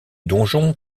donjon